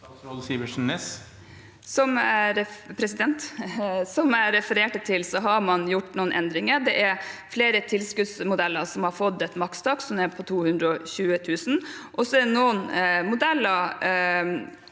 Som jeg refererte til, har man gjort noen endringer. Det er flere tilskuddsmodeller som har fått et makstak på 220 000 kr. Så er det noen modeller